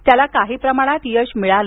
त्याला काही प्रमाणात यशही मिळालं